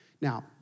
Now